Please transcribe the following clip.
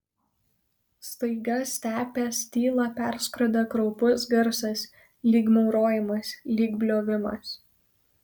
staiga stepės tylą perskrodė kraupus garsas lyg maurojimas lyg bliovimas